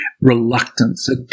reluctance